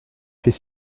fait